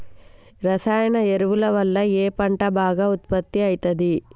రసాయన ఎరువుల వల్ల ఏ పంట బాగా ఉత్పత్తి అయితది?